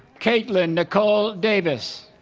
kaitlyn nicole davis